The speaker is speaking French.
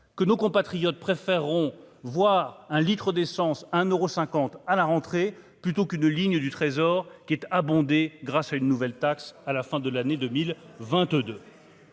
que nos compatriotes préféreront voir un litre d'essence un euros cinquante à la rentrée, plutôt qu'une ligne du Trésor qui est abondé grâce à une nouvelle taxe à la fin de l'année 2022.